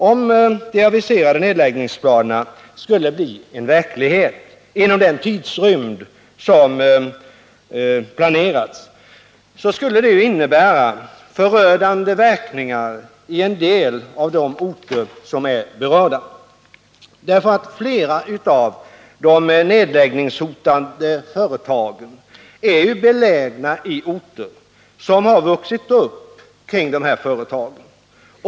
Om de aviserade nedläggningsplanerna skulle bli en verklighet inom den planerade tidrymden., skulle det innebära förödande verkningar i en del av de berörda orterna. Flera av de nedläggningshotade företagen är nämligen belägna i orter som har vuxit upp kring företagen.